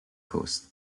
coast